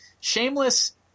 Shameless